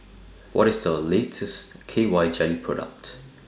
What IS The latest K Y Jelly Product